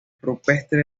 rupestre